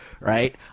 right